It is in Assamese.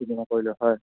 কৰিলোঁ হয়